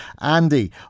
Andy